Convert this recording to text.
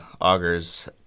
augers